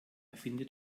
erfinde